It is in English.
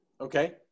Okay